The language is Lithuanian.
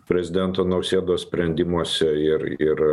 prezidento nausėdos sprendimuose ir ir